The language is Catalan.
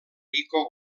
rico